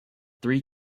three